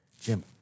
Jim